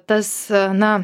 tas na